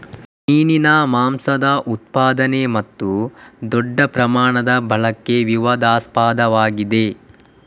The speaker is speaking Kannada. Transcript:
ಮೀನಿನ ಮಾಂಸದ ಉತ್ಪಾದನೆ ಮತ್ತು ದೊಡ್ಡ ಪ್ರಮಾಣದ ಬಳಕೆ ವಿವಾದಾಸ್ಪದವಾಗಿದೆ